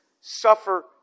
suffer